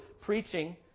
preaching